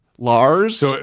lars